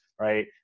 right